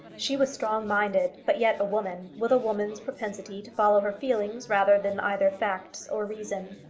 she was strong-minded but yet a woman, with a woman's propensity to follow her feelings rather than either facts or reason.